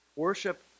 Worship